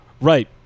Right